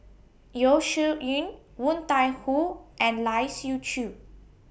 Yeo Shih Yun Woon Tai Ho and Lai Siu Chiu